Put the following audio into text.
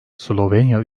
slovenya